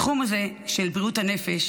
התחום הזה של בריאות הנפש